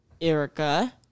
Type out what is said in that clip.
Erica